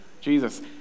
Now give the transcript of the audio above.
Jesus